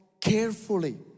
carefully